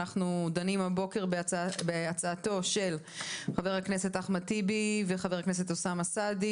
אנחנו דנים הבוקר בהצעתו של חבר הכנסת אחמד טיבי וחבר הכנסת אוסאמה סעדי